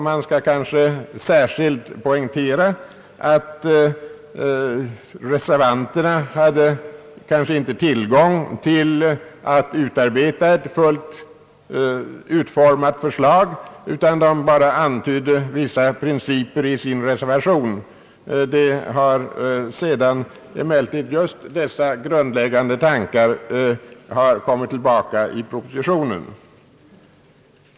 Jag kanske även skall poängtera att reservanterna inte hade tillgång till resurser för att utarbeta ett fullständigt förslag. De kunde bara antyda vissa principer i sin reservation. Just dessa grundläggande tankar har emellertid sedan kommit igen i propositionen.